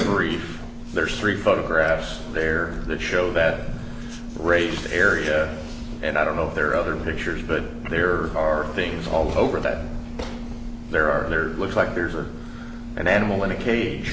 eight there are three photographs there that show bad rate area and i don't know if there are other pictures but there are things all over that there are there looks like there's an animal in a cage